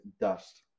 dust